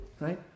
right